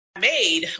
made